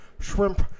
Shrimp